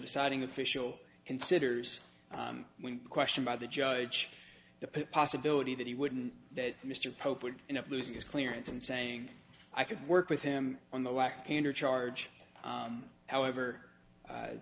deciding official considers when questioned by the judge the possibility that he wouldn't that mr pope would end up losing his clearance and saying i could work with him on the lack candor charge however